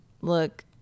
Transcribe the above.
look